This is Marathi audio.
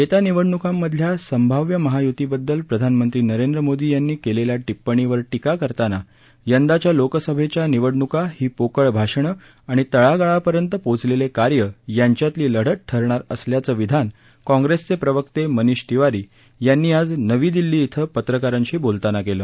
येत्या निवडणूकांमधल्या संभाव्य महायुतीबद्दल प्रधानमंत्री नरेंद्र मोदी यांनी केलेल्या टिप्पणीवर टीका करताना यंदाच्या लोकसभेच्या निवडणूका ही पोकळ भाषणं आणि तळागाळापर्यंत पोचलेलं कार्य यांच्यातली लढत असणार असल्याचं विधान काँग्रेसचे प्रवक्ते मनीष तिवारी यांनी आज नवी दिल्ली क्विं पत्रकारांशी बोलताना केलं